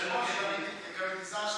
היושב-ראש, גם, לשאול.